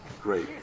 great